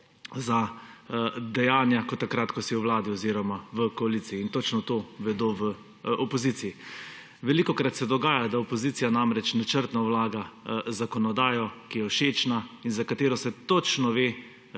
za dejanja kot takrat, ko si v vladi oziroma v koaliciji; in točno to vedo v opoziciji. Velikokrat se dogaja, da opozicija namreč načrtno vlaga zakonodajo, ki je všečna in za katero se točno ve,